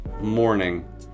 morning